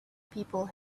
people